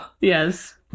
Yes